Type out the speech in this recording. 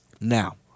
Now